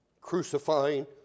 Crucifying